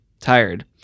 Tired